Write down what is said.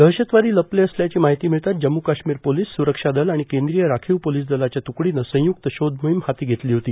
दहशतवादी लपले असल्याची माहिती मिळताच जम्म्र काश्मीर पोलीस सुरक्षा दल आणि केंद्रीय राखीव पोलीस दलाच्या तुकडीनं संयुक्त शोध मोहीम हाती घेतली होती